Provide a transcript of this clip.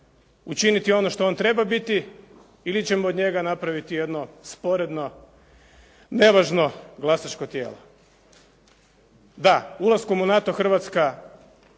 učiniti ono što on treba biti ili ćemo od njega napraviti jedno sporedno nevažno glasačko tijelo. Da, ulaskom u NATO Hrvatska